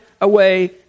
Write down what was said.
away